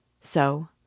So